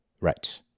Right